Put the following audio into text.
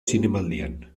zinemaldian